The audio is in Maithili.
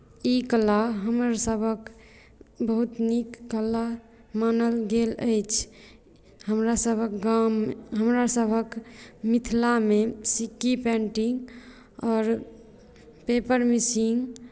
ई कला हमरसभक बहुत नीक कला मानल गेल अछि हमरासभक गाम हमरासभक मिथिलामे सिक्की पेंटिंग आओर पेपर मिसिंग